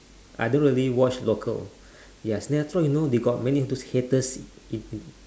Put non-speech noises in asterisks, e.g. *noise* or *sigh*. I don't really watch local *breath* ya sinetron you know got a lot of haters it it